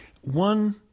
One